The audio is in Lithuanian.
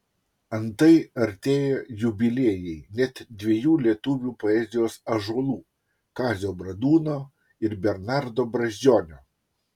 antai artėja jubiliejai net dviejų lietuvių poezijos ąžuolų kazio bradūno ir bernardo brazdžionio